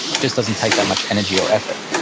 it just doesn't take that much energy or effort.